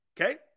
okay